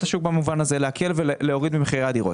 השוק במובן הזה; להקל ולהוריד במחירי הדירות.